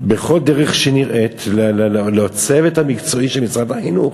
בכל דרך שנראית לצוות המקצועי של משרד החינוך.